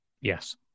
Yes